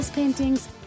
paintings